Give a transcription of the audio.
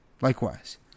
likewise